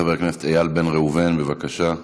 חבר הכנסת איל בן ראובן, בבקשה.